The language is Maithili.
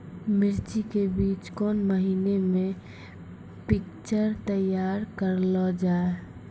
मिर्ची के बीज कौन महीना मे पिक्चर तैयार करऽ लो जा?